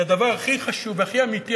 הדבר הכי חשוב והכי אמיתי,